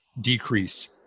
decrease